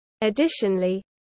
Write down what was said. Additionally